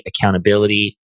accountability